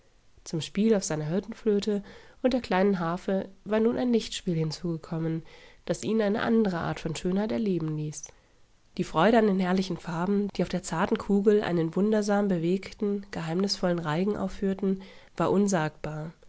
zum spiel auf seiner hirtenflöte und der kleinen harfe war nun ein lichtspiel hinzugekommen das ihn eine andere art von schönheit erleben ließ die freude an den herrlichen farben die auf der zarten kugel einen wundersam bewegten geheimnisvollen reigen aufführten war unsagbar